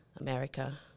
America